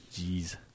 Jeez